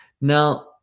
now